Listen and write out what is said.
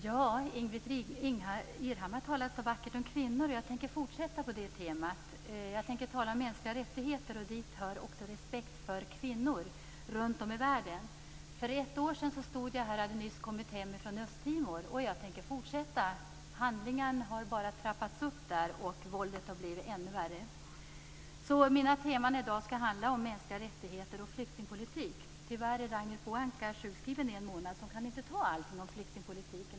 Fru talman! Ingbritt Irhammar talade så vackert om kvinnor, och jag tänker fortsätta på det temat. Jag tänker tala om mänskliga rättigheter, och dit hör också respekt för kvinnor runtom i världen. För ett år sedan stod jag här i kammaren och hade nyss kommit hem från Östtimor. Jag tänker fortsätta att tala om Östtimor. Våldshandlingarna har trappats upp där, och våldet har blivit ännu värre. Mina teman i dag är mänskliga rättigheter och flyktingpolitik. Tyvärr är Ragnhild Pohanka sjukskriven i en månad och kan därför inte tala om flyktingpolitik.